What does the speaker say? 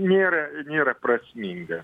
nėra nėra prasminga